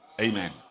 Amen